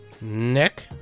Nick